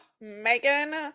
megan